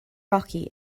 rocky